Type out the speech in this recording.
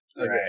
Okay